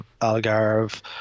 Algarve